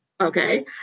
Okay